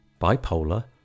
bipolar